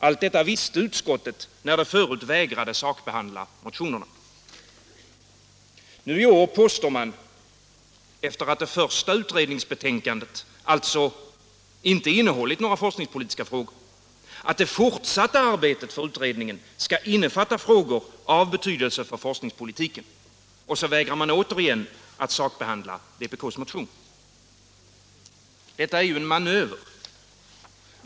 Allt detta visste utskottet, när det förut vägrade att sakbehandla motionerna. Nu i år påstår man, sedan det första utredningsbetänkandet alltså inte innehållit några forskningspolitiska frågor, att det fortsatta arbetet för utredningen skall innefatta frågor av betydelse för forskningspolitiken. Och så vägrar man återigen att sakbehandla vpk:s motion. Detta är ju en manöver.